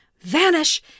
vanish